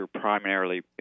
primarily